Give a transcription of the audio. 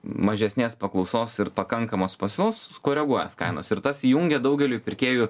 mažesnės paklausos ir pakankamos pasiūlos koreguojas kainos ir tas įjungia daugeliui pirkėjų